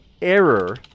error